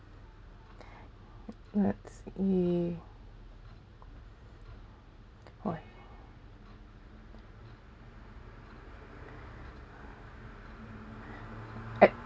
let's see !oi!